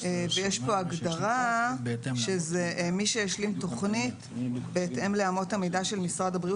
ויש פה הגדרה שזה: "מי שהשלים תוכנית בהתאם לאמות המידה של משרד הבריאות